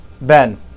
Ben